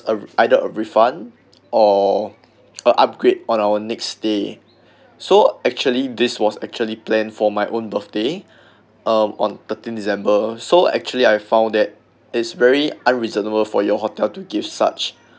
um either a refund or a upgrade on our next stay so actually this was actually planned for my own birthday um on thirteen december so actually I found that is very unreasonable for your hotel to give such